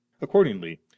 Accordingly